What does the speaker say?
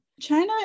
china